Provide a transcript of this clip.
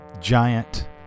giant